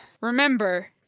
remember